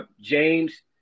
James